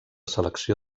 selecció